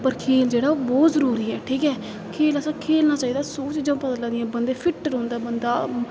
पर खेल जेह्ड़ा ऐ ओह् बहुत जरूरी ऐ ठीक ऐ खेल असें खेलना चाहिदा सौ चीज़ां पता लगदियां बंदे गी फिट रौंहदा बंदा